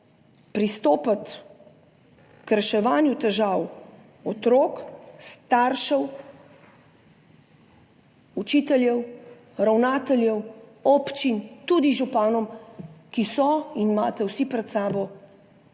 pristopiti k reševanju težav otrok, staršev, učiteljev, ravnateljev, občin, tudi županov, ki so – in imate vsi pred sabo –